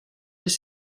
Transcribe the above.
des